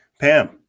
Pam